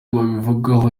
babivugaho